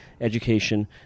education